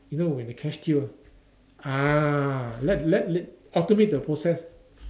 you know when the cash queue ah let let let automate the process